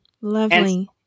Lovely